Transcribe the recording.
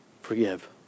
forgive